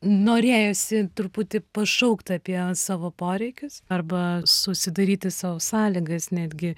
norėjosi truputį pašaukt apie savo poreikius arba susidaryti sau sąlygas netgi